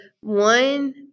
one